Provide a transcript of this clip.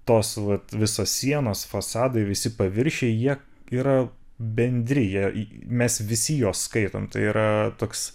tos vat visos sienos fasadai visi paviršiai jie yra bendri jie mes visi juos skaitom tai yra toks